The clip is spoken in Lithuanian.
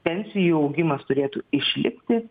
pensijų augimas turėtų išlikti